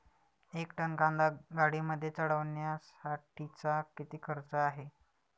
एक टन कांदा गाडीमध्ये चढवण्यासाठीचा किती खर्च आहे?